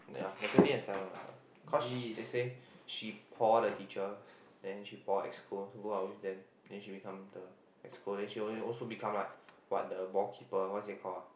yeah Natalie and Stella don't like her cause they say she pour the teachers then she pour exco to go out with them then she become the exco then she only also become like what the ballkeeper what is it called